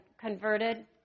converted